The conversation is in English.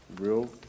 real